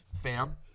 Fam